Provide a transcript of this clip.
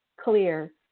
clear